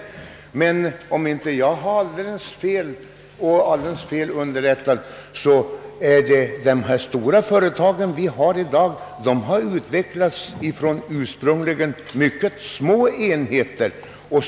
Om jag inte är alldeles fel underrättad har emeller tid de stora företag, som vi har i dag, utvecklats från ursprungligen mycket små enheter.